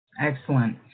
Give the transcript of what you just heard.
Excellent